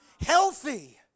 healthy